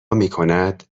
میکند